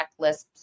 checklists